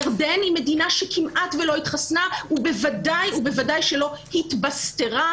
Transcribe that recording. ירדן היא מדינה שכמעט ולא התחסנה ובוודאי שלא התבסטרה.